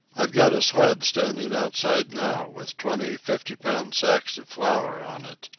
i've got a sled standing outside now, with twenty fiftypound sacks of flour on it,